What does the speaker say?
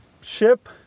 ship